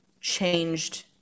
changed